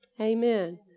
Amen